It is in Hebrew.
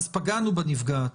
אז פגענו בנפגעת,